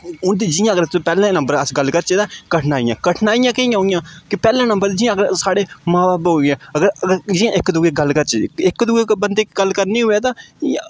उं'दी जि'यां अगर तुस पैह्ले नंबर अस गल्ल करचै तां कठनाइयां कठनाइयां कि'यां होइयां की पैह्ले नंबर जि'यां अगर साढ़े मां ब'ब्ब होइये अगर अगर जि'यां इक दूऐ दी गल्ल करचै इक दूऐ बन्दे गल्ल करनी होवै तां इ'यां